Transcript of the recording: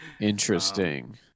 Interesting